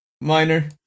Minor